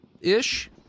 ish